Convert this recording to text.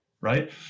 right